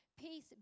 Peace